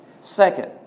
Second